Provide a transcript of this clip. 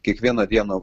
kiekvieną dieną